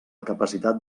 capacitat